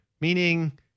meaning